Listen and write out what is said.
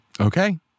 Okay